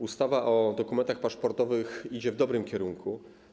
Ustawa o dokumentach paszportowych idzie w dobrym kierunku.